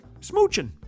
smooching